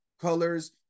colors